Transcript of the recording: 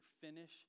finish